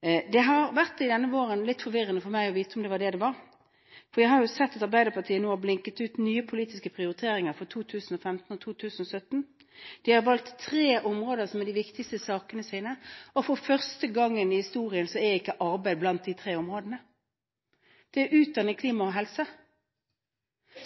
det det er. For jeg har sett at Arbeiderpartiet nå har blinket ut nye politiske prioriteringer for 2015–2017. De har valgt tre områder som de viktigste sakene sine, og for første gang i historien er ikke arbeid blant de tre områdene – det er utdanning, klima og helse.